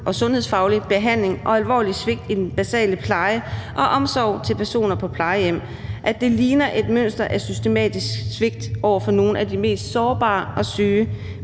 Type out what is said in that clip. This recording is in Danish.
og sundhedsfarlig behandling og alvorligt svigt i den basale pleje af og omsorg for personer på plejehjem, at det ligner et mønster af systematisk svigt over for nogle af de mest sårbare og syge